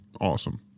Awesome